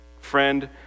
Friend